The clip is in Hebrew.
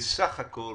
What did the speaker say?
בסך הכול